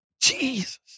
Jesus